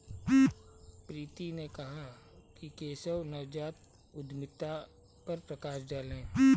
प्रीति ने कहा कि केशव नवजात उद्यमिता पर प्रकाश डालें